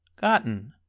gotten